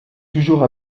toujours